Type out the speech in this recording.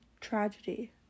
tragedy